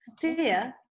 fear